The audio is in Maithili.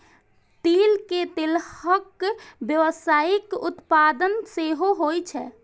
तिल के तेलक व्यावसायिक उत्पादन सेहो होइ छै